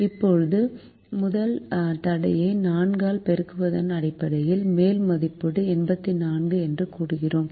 இப்போது முதல் தடையை 4 ஆல் பெருக்குவதன் அடிப்படையில் மேல் மதிப்பீடு 84 என்று கூறியுள்ளோம்